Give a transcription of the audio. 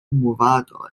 movado